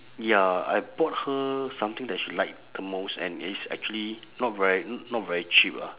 ya I bought her something that she like the most and it's actually not very not very cheap ah